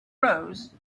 rose